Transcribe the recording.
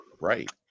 Right